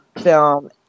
film